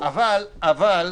כי באמת,